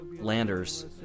Landers